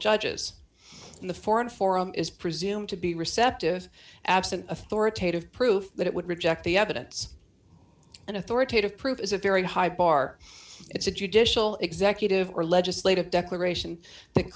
judges in the foreign forum is presumed to be receptive absent authoritative proof that it would reject the evidence an authoritative proof is a very high bar it's a judicial executive or legislative declaration that